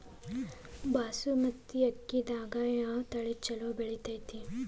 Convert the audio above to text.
ಬಾಸುಮತಿ ಅಕ್ಕಿದಾಗ ಯಾವ ತಳಿ ಛಲೋ ಬೆಳಿತೈತಿ?